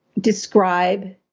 describe